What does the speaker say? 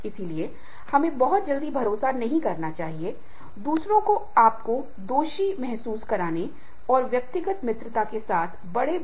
इसलिए किसी को यह जानना होगा कि जीवन और कार्य को एक साथ कैसे जोड़ा जाए